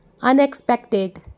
unexpected